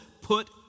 put